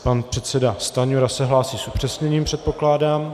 Pan předseda Stanjura se hlásí s upřesněním, předpokládám.